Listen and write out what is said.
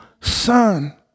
son